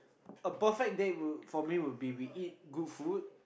a perfect date for me would be that we eat good food